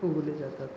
उगवले जातात